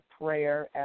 prayer